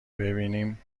ببینیم